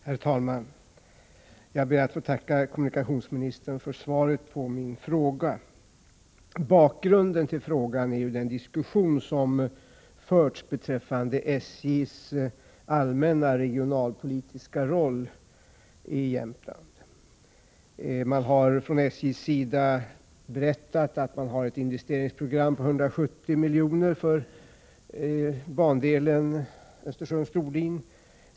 Herr talman! Jag ber att få tacka kommunikationsministern för svaret på min interpellation. Bakgrunden till interpellationen är den diskussion som förts beträffande SJ:s allmänna regionalpolitiska roll i Jämtland. Från SJ:s sida har det talats om ett investeringsprogram för bandelen Östersund-Storlien på 170 miljoner.